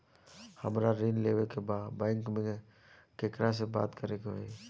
हमरा ऋण लेवे के बा बैंक में केकरा से बात करे के होई?